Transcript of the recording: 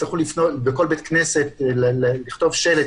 בכל כניסה לבית כנסת, יצטרכו לכתוב שלט